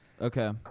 Okay